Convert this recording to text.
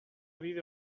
bideo